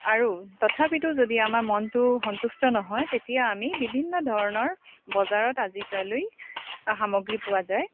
আৰু তথাপিটো যদি আমাৰ মনটো সন্তুষ্ট নহয় তেতিয়া আমি বিভিন্ন ধৰণৰ বজাৰত আজিকালি সামগ্ৰী পোৱা যায়